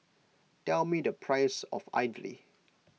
tell me the price of idly